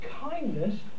kindness